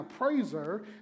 appraiser